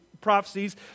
prophecies